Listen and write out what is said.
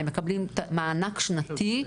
הם מקבלים מענק שנתי,